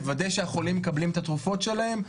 נוודא שהחולים מקבלים את התרופות שלהם,